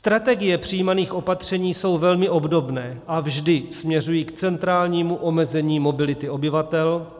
Strategie přijímaných opatření jsou velmi obdobné a vždy směřují k centrálnímu omezení mobility obyvatel.